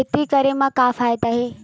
खेती करे म का फ़ायदा हे?